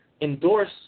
endorse